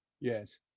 Yes